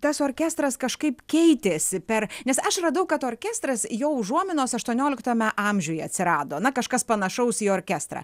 tas orkestras kažkaip keitėsi per nes aš radau kad orkestras jo užuominos aštuonioliktame amžiuje atsirado kažkas panašaus į orkestrą